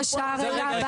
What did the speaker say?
אדוני